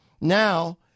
now